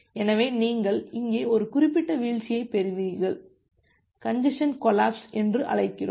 எனவே நீங்கள் இங்கே ஒரு குறிப்பிட்ட வீழ்ச்சியை பெறுவீர்கள் கஞ்ஜசன் கொலாப்ஸ் என்று அழைக்கிறோம்